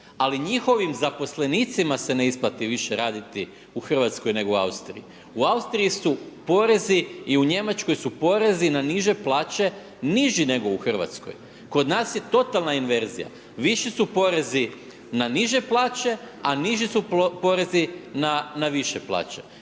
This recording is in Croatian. Ali njihovim zaposlenicima se ne isplati više raditi u Hrvatskoj nego u Austriji. U Austriji su porezi i u Njemačkoj su porezi na niže plaće niži nego u Hrvatskoj. Kod nas je totalna inverzija, viši su porezi na niže plaće a niši su porezi na više plaće.